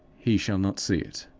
he shall not see it.